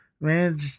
man